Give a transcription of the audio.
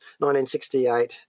1968